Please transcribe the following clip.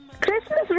Christmas